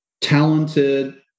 talented